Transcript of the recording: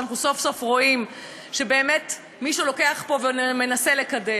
שאנחנו סוף-סוף רואים שבאמת מישהו לוקח ומנסה לקדם,